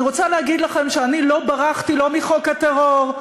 אני רוצה להגיד לכם שאני לא ברחתי, לא מחוק הטרור.